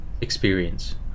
experience